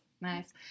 Nice